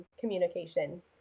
communication